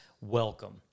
welcome